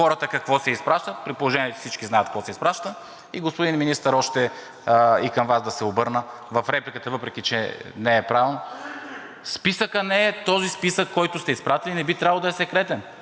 хората какво се изпраща, при положение че всички знаят какво се изпраща.“ Господин Министър, и към Вас да се обърна в репликата, въпреки че не е правилно. Списъкът не е този списък, който сте изпратили, не би трябвало да е секретен.